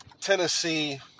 Tennessee